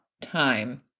time